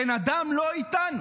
הבן אדם לא איתנו,